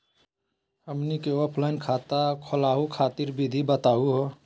हमनी क ऑफलाइन खाता खोलहु खातिर विधि बताहु हो?